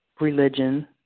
religion